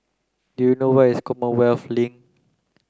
do you know where is Commonwealth Link